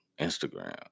Instagram